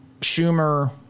schumer